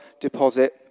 deposit